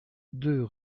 deux